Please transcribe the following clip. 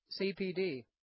CPD